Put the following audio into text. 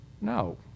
No